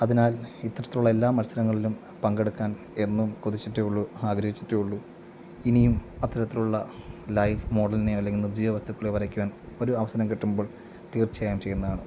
അതിനാൽ ഇത്തരത്തിലുള്ള എല്ലാ മത്സരങ്ങളിലും പങ്കെടുക്കാൻ എന്നും കൊതിച്ചിട്ടേ ഉള്ളൂ ആഗ്രഹിച്ചിട്ടേ ഉള്ളൂ ഇനിയും അത്തരത്തിലുള്ള ലൈവ് മോഡലിനെ അല്ലെങ്കിൽ നിർജീവ വസ്തുക്കളെ വരയ്ക്കുവാൻ ഒരു അവസരം കിട്ടുമ്പോൾ തീർച്ചയായും ചെയ്യുന്നതാണ്